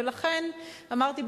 ולכן אמרתי,